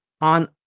on